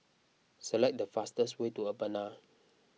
select the fastest way to Urbana